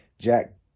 Jack